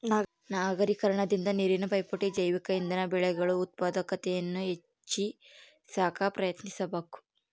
ನಗರೀಕರಣದಿಂದ ನೀರಿನ ಪೈಪೋಟಿ ಜೈವಿಕ ಇಂಧನ ಬೆಳೆಗಳು ಉತ್ಪಾದಕತೆಯನ್ನು ಹೆಚ್ಚಿ ಸಾಕ ಪ್ರಯತ್ನಿಸಬಕು